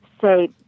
say